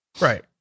Right